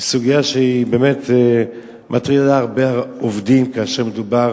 בסוגיה שבאמת מטרידה הרבה עובדים, כאשר מדובר